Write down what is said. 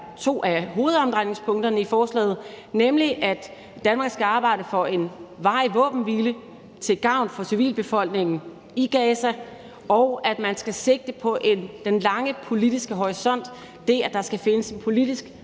to af hovedomdrejningspunkterne i forslaget, nemlig at Danmark skal arbejde for en varig våbenhvile til gavn for civilbefolkningen i Gaza, og at man skal sigte på den lange politiske horisont, altså det, at der skal findes en politisk